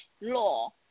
law